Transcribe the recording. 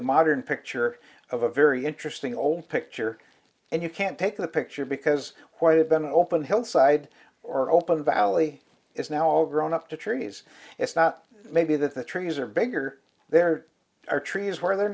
a modern picture of a very interesting old picture and you can't take the picture because white had been open hillside or open valley is now all grown up to trees it's not maybe that the trees are bigger there are trees where the